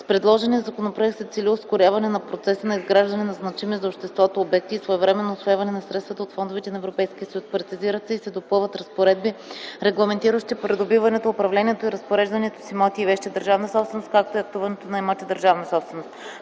С предложения законопроект се цели ускоряване на процеса на изграждане на значими за обществото обекти и своевременно усвояване на средствата от фондовете на ЕС. Прецизират се и се допълват разпоредби, регламентиращи придобиването, управлението и разпореждането с имоти и вещи – държавна собственост, както и актуването на имоти – държавна собственост.